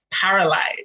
paralyzed